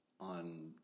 on